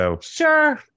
Sure